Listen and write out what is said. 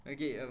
Okay